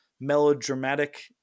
melodramatic